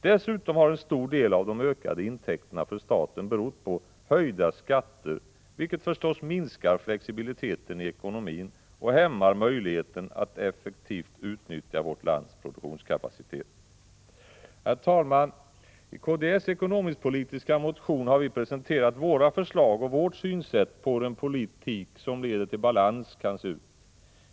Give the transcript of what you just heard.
Dessutom har en stor del av de ökade intäkterna för staten berott på höjda skatter, vilket förstås minskar flexibiliteten i ekonomin och hämmar möjligheten att effektivt utnyttja vårt lands produktionskapacitet. Herr talman! I kds ekonomisk-politiska motion har vi presenterat våra förslag och vårt synsätt på hur en politik som leder till balans kan se ut.